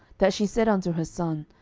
that she said unto her son,